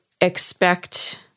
expect